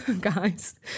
guys